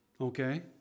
Okay